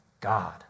God